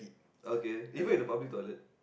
okay even in the public toilet